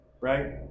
right